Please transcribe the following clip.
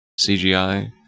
CGI